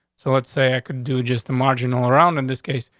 so let's say i couldn't do just the marginal around in this case.